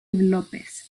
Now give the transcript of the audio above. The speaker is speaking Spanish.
lopez